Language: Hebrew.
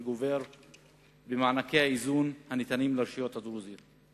וגובר במענקי האיזון הניתנים לרשויות הדרוזיות,